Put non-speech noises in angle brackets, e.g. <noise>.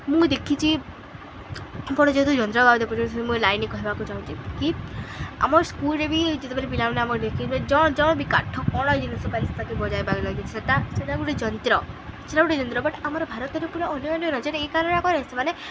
ମୁଁ ଦେଖିଚି ଆପଣ ଯେହେତୁ ଯନ୍ତ୍ର ବାବଦରେ ପଚାରୁଛନ୍ତି ମୁଁ ଲାଇନେ କହିବାକୁ ଚାହୁଁଛି କି ଆମର୍ ସ୍କୁଲ୍ରେ ବି ଯେତେବେଳେ ପିଲାମାନେ ଆମେ ଦେଖି ଜଣ ବି କାଠ କ'ଣ ଜିନିଷ <unintelligible> ବଜାଇବାରେ ଲାଗୁଚି ସେଟା ସେଟା ଗୁଟେ ଯନ୍ତ୍ର ସେଟା ଗୁଟେ ଯନ୍ତ୍ର ବଟ୍ ଆମର୍ ଭାରତରେ ପୁରା ଅନ୍ୟ ଅନ୍ୟ ରାଜ୍ୟ ଏ କାର ଆ କରେ ସେମାନେ